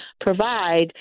provide